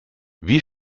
wie